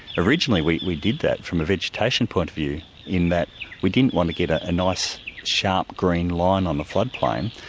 originally we we did that from a vegetation point of view in that we didn't want to get ah a nice sharp green line on the floodplain,